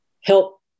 help